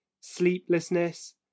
sleeplessness